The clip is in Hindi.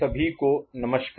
सभी को नमस्कार